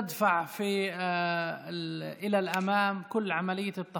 ודוחפים קדימה את כל ההליך של התכנון,